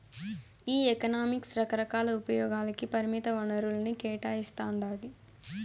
ఈ ఎకనామిక్స్ రకరకాల ఉపయోగాలకి పరిమిత వనరుల్ని కేటాయిస్తాండాది